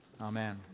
Amen